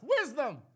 wisdom